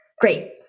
Great